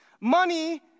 Money